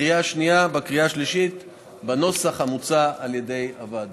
בקריאה השנייה ובקריאה השלישית בנוסח המוצע על ידי הוועדה.